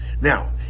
Now